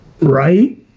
Right